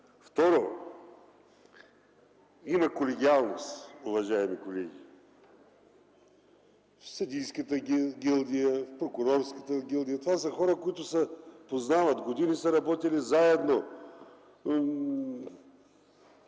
Второ, има колегиалност, уважаеми колеги, в съдийската гилдия, в прокурорската гилдия. Това са хора, които се познават, години са работили заедно,